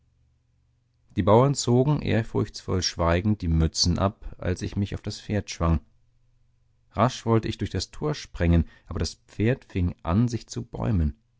die bauern zogen ehrfurchtsvoll schweigend die mützen ab als ich mich auf das pferd schwang rasch wollte ich durch das tor sprengen aber das pferd fing an sich zu bäumen